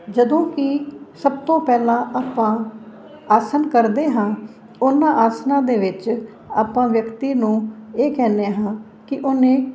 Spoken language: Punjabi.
ਜਦੋਂ ਕਿ ਸਭ ਤੋਂ ਪਹਿਲਾਂ ਆਪਾਂ ਆਸਣ ਕਰਦੇ ਹਾਂ ਉਹਨਾਂ ਆਸਣਾਂ ਦੇ ਵਿੱਚ ਆਪਾਂ ਵਿਅਕਤੀ ਨੂੰ ਇਹ ਕਹਿੰਦੇ ਹਾਂ ਕਿ ਉਹਨੇ